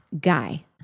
guy